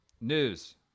News